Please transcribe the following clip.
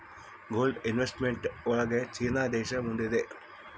gold investment ಒಳಗ China ದೇಶ ಮುಂದಿದೆ